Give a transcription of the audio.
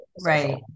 right